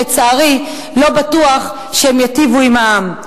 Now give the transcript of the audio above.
שלצערי לא בטוח שהן ייטיבו עם העם.